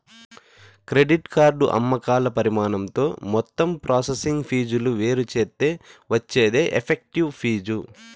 credit card అమ్మకాల పరిమాణంతో మొత్తం ప్రాసెసింగ్ ఫీజులు వేరుచేత్తే వచ్చేదే ఎఫెక్టివ్ ఫీజు